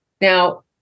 Now